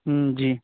ہوں جی